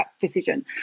decision